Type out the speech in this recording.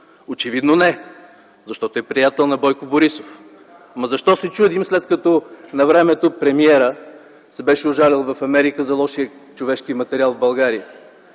Очевидно не, защото е приятел на Бойко Борисов. Защо се чудим, след като навремето премиерът се беше ожалил в Америка за лошия човешки материал в България?!